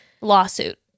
lawsuit